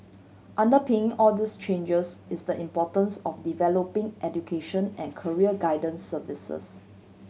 underping all these changes is the importance of developing education and career guidance services